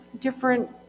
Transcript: different